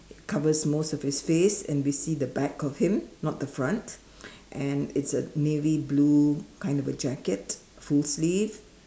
covers most of his face and we see the back of him not the front and it's a navy blue kind of a jacket full sleeves